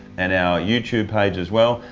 and our you tube page as well,